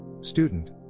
Student